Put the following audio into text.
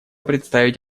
представить